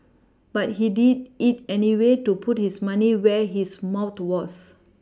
but he did it anyway to put his money where his mouth was